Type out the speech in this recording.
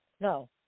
No